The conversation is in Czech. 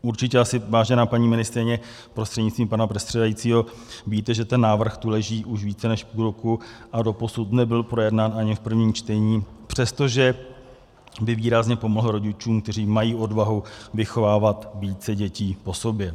Určitě asi, vážená paní ministryně prostřednictvím pana předsedajícího, víte, že ten návrh tu leží už více než půl roku a doposud nebyl projednán ani v prvním čtení, přestože by výrazně pomohl rodičům, kteří mají odvahu vychovávat více dětí po sobě.